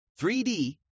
3D